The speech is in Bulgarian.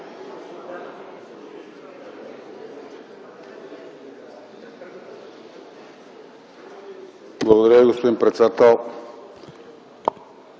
Благодаря, господин председател.